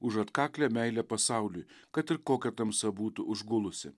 už atkaklią meilę pasauliui kad ir kokia tamsa būtų užgulusi